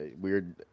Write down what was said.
Weird